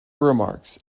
remarks